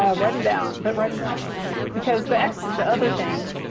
ah write em down. but write em down because the x is the other thing.